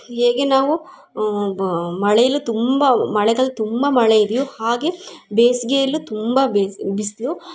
ಹೇಗೆ ನಾವು ಬ ಮಳೆಯಲ್ ತುಂಬ ಮಳೆಗಾಲ ತುಂಬ ಮಳೆಯಿದೆಯೋ ಹಾಗೇ ಬೆಸಿಗೆಯಲ್ಲು ತುಂಬ ಬೇಸಿಗೆ ಬಿಸಿಲು